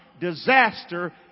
disaster